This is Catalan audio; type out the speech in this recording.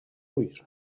ulls